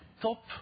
top